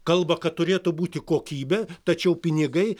kalba kad turėtų būti kokybė tačiau pinigai